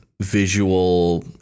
visual